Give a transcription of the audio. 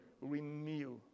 renew